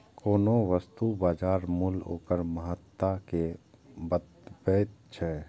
कोनो वस्तुक बाजार मूल्य ओकर महत्ता कें बतबैत छै